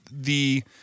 the-